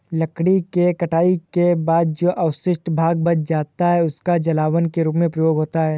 लकड़ी के कटाई के बाद जो अवशिष्ट भाग बच जाता है, उसका जलावन के रूप में प्रयोग होता है